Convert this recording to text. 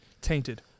tainted